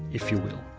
if you will.